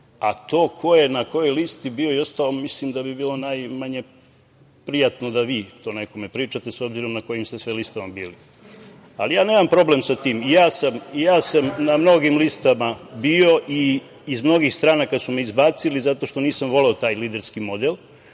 ko je na kojoj listi bio i ostao mislim da bi bilo najmanje prijatno da vi to nekome pričate, s obzirom na kojim ste sve listama bili. Ja nemam problem sa tim i ja sam na mnogim listama bio i iz mnogih stranaka su me izbacili zato što nisam voleo taj liderski model